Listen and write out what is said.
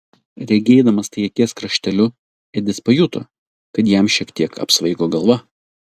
regėdamas tai akies krašteliu edis pajuto kad jam šiek tiek apsvaigo galva